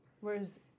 Whereas